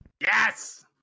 Yes